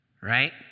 right